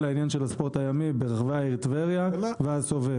העניין של הספורט הימי ברחבי העיר טבריה והסובב.